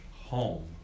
home